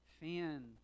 Fan